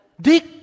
Dick